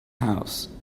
house